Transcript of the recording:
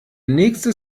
nächste